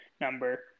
number